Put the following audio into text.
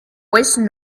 wasted